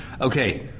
Okay